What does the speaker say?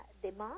demand